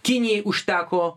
kinijai užteko